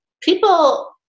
people